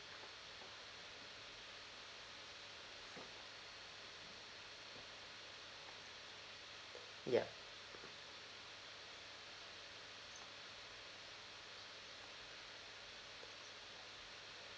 ya